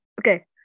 Okay